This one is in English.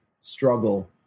struggle